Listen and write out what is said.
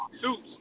suits